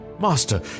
Master